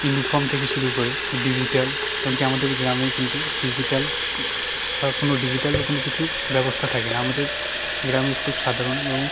uniform থেকে শুরু করে ডিজিটাল এমনকি আমাদের গ্রামে কিন্তু ডিজিটাল বা কোনো ডিজিটাল কোনো কিছুর ব্যবস্থা থাকে না আমাদের গ্রামের স্কুল খুব সাধারণ এবং